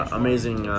amazing